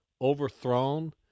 overthrown